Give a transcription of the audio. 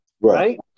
right